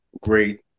great